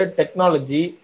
technology